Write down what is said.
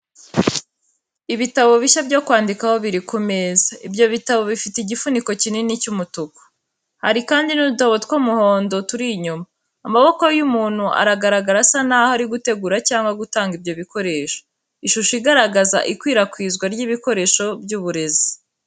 Ibitabo bishya byo kwandikaho biri ku meza, ibyo bitabo bifite igifuniko kinini cy'umutuku. Hari kandi n'udutabo tw'umuhondo turi inyuma. Amaboko y'umuntu aragaragara, asa naho ari gutegura cyangwa gutanga ibyo bikoresho. Ishusho igaragaza ikwirakwizwa ry'ibikoresho by'uburezi.